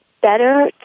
better